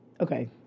Okay